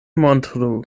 montru